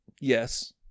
Yes